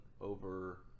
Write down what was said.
over